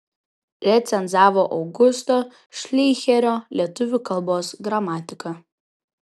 recenzavo augusto šleicherio lietuvių kalbos gramatiką